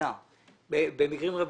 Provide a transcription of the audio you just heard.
הרגילה במקרים רבים.